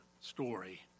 story